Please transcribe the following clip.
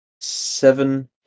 seven